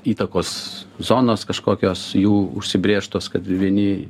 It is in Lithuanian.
įtakos zonos kažkokios jų užsibrėžtos kad vieni